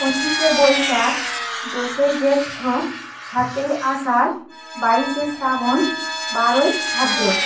পঁচিশে বৈশাখ দশই জ্যৈষ্ঠ সাতই আষাঢ় বাইশে শ্রাবণ বারোই ভাদ্র